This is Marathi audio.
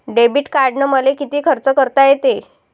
डेबिट कार्डानं मले किती खर्च करता येते?